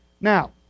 Now